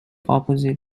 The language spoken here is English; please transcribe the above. opposite